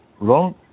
long